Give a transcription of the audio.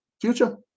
future